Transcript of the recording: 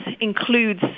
includes